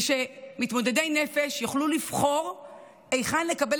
ושמתמודדי נפש יוכלו לבחור היכן לקבל